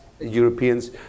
Europeans